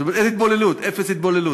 כלומר, אין התבוללות, אפס התבוללות.